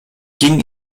ging